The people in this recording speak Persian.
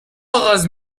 آغاز